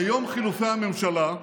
ביום חילופי הממשלה,